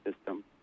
system